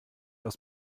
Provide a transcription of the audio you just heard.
aus